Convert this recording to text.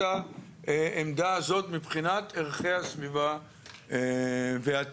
העמדה הזאת מבחינת ערכי הסביבה והטבע.